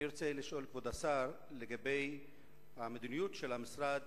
אני רוצה לשאול, כבוד השר, לגבי המדיניות של המשרד